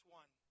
one